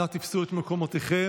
נא תפסו את מקומותיכם.